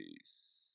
Peace